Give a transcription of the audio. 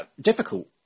Difficult